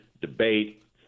debate